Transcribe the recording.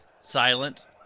silent